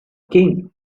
king